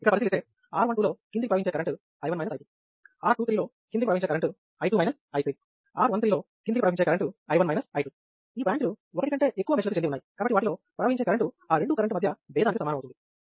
ఇక్కడ పరిశీలిస్తే R12 లో కిందికి ప్రవహించే కరెంటు i1 i2 R23 లో కిందికి ప్రవహించే కరెంటు i2 i3 R13 లో కిందికి ప్రవహించే కరెంటు i1 i2 ఈ బ్రాంచ్ లు ఒకటి కంటే ఎక్కువ మెష్ లకు చెంది ఉన్నాయి కాబట్టి వాటిలో ప్రవహించే కరెంటు ఆ రెండు కరెంట్ మధ్య భేదానికి సమానం అవుతుంది